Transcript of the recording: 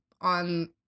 on